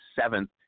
seventh